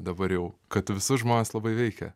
dabar jau kad visus žmones labai veikia